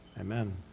amen